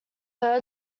heard